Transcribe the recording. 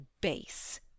base